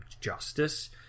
justice